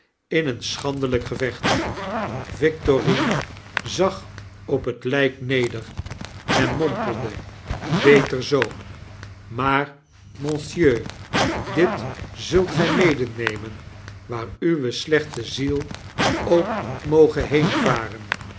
in een schandelijk gevecht victorine zag op het lijk neder en mompelde beter zoo maar mohseigneur dit zult gij medenemen waar uwe slechte ziel ook moge